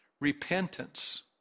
repentance